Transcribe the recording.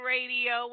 Radio